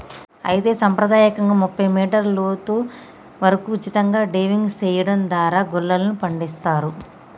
అయితే సంప్రదాయకంగా ముప్పై మీటర్ల లోతు వరకు ఉచితంగా డైవింగ్ సెయడం దారా గుల్లలను పండిస్తారు